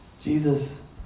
Jesus